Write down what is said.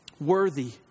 worthy